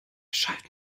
schalten